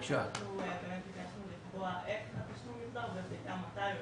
ביקשנו לקבוע איך התשלום יוחזר ומתי.